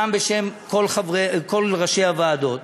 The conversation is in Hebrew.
גם בשם כל ראשי הוועדות,